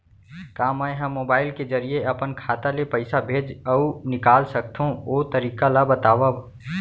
का मै ह मोबाइल के जरिए अपन खाता ले पइसा भेज अऊ निकाल सकथों, ओ तरीका ला बतावव?